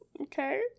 okay